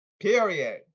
Period